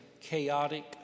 chaotic